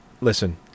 listen